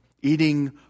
eating